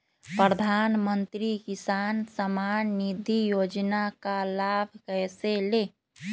प्रधानमंत्री किसान समान निधि योजना का लाभ कैसे ले?